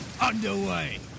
underway